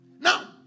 Now